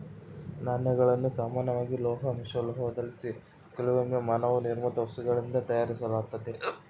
ನಾಣ್ಯಗಳನ್ನು ಸಾಮಾನ್ಯವಾಗಿ ಲೋಹ ಮಿಶ್ರಲೋಹುದ್ಲಾಸಿ ಕೆಲವೊಮ್ಮೆ ಮಾನವ ನಿರ್ಮಿತ ವಸ್ತುಗಳಿಂದ ತಯಾರಿಸಲಾತತೆ